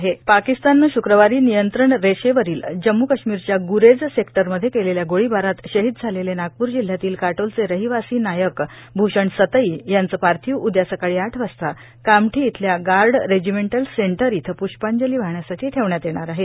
शहीद भूषण सतई पाकिस्ताननं श्क्रवारी नियंत्रण रेषेवरील जम्मू काश्मिरच्या ग्रेज सेक्टरमध्ये केलेल्या गोळीबारात शहीद झालेले नागप्र जिल्ह्यातील काटोलचे रहिवासी नायक भूषण सतई यांच पार्थिव उद्या सकाळी आठ वाजता कामठी येथील गार्ड रेजिमेंटल सेंटर येथे प्रष्पांजली वाहण्यासाठी ठेवण्यात येणार आहे